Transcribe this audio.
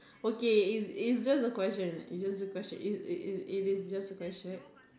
okay is is just a question is just a question it it it it is just a question